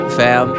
fam